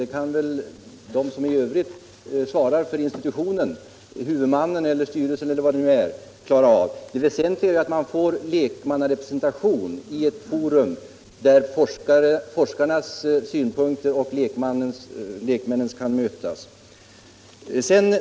Det kan de organ —- huvudmän eller styrelser — som i övrigt svarar för institutionen klara av. Det väsentliga är att det blir en lekmannarepresentation i ett forum där forskarnas synpunkter och lekmännens kan mötas.